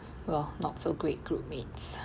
well not so great group mates